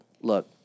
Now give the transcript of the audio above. Look